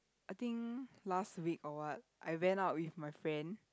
I think last week or what I went out with my friend